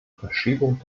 verschiebung